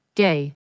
gay